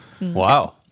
Wow